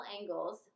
angles